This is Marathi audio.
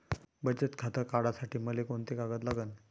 बचत खातं काढासाठी मले कोंते कागद लागन?